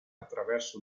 attraverso